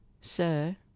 sir